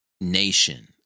nation